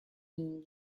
yin